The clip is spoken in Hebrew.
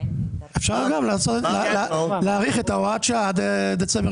אפשר להאריך את הוראת השעה עד דצמבר